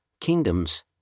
kingdoms